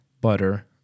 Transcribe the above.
butter